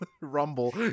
Rumble